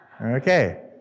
okay